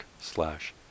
slash